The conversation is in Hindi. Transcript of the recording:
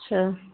अच्छा